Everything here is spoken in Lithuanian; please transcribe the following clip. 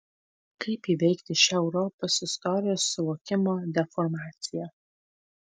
kaip įveikti šią europos istorijos suvokimo deformaciją